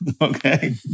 Okay